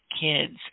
kids